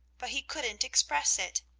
but he couldn't express it.